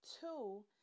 Two